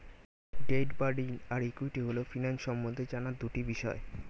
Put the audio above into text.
date বা ঋণ আর ইক্যুইটি হল ফিন্যান্স সম্বন্ধে জানার দুটি বিষয়